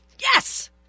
yes